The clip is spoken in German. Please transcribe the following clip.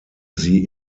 sie